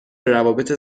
روابط